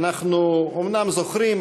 אנחנו אומנם זוכרים,